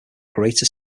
greater